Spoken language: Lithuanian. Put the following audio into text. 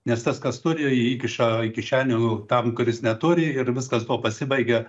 nes tas kas turi įkiša į kišenių tam kuris neturi ir viskas tuo pasibaigia